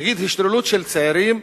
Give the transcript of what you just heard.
נגיד, השתוללות של צעירים,